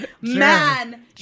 man